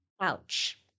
Ouch